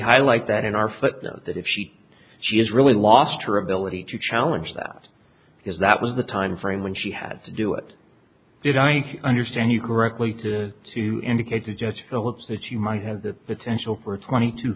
highlight that in our footnote that if she she is really lost her ability to challenge that because that was the timeframe when she had to do it did i understand you correctly to to indicate to judge phillips that she might have the potential for twenty t